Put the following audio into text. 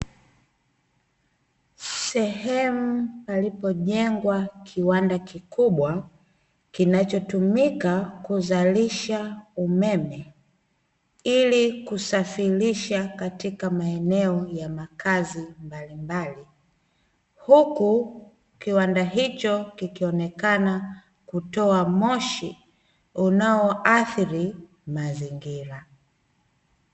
Sehemu palipojengwa kiwanda kikubwa kinacho tumika kuzalisha umeme, ili kusafirisha katika maeneo ya makazi mbalimbali, huku kiwanda hicho kikionekana kutoa moshi unao athiri mazingira.